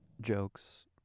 jokes